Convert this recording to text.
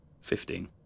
Fifteen